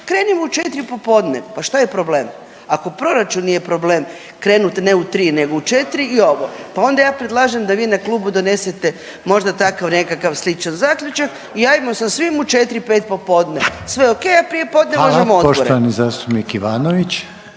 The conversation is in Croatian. krenimo u četri popodne. Pa što je problem? Ako proračun nije problem krenut ne u tri nego u četri i ovo pa onda ja predlažem da vi na klubu donesete možda takav nekakav sličan zaključak i ajmo sa svim u četri, pet popodne, sve ok, a prijepodne možemo odbore. **Reiner, Željko (HDZ)** Hvala. Poštovani zastupnik Ivanović.